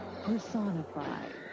personified